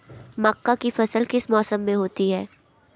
मक्का की फसल किस मौसम में होती है?